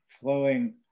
flowing